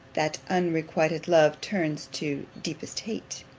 that unrequited love turns to deepest hate!